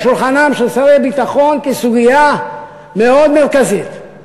שולחנם של שרי ביטחון כסוגיה מאוד מרכזית,